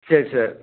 சரி சார்